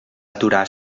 aturar